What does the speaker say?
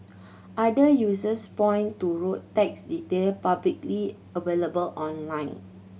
other users point to road tax detail publicly available online